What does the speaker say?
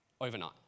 overnight